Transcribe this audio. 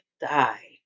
die